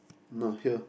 nah here